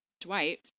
Dwight